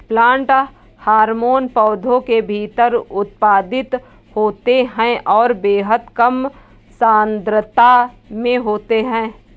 plant hormone पौधों के भीतर उत्पादित होते हैंऔर बेहद कम सांद्रता में होते हैं